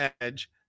Edge